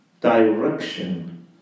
direction